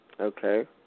Okay